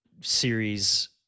series